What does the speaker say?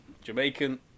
Jamaican